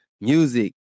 music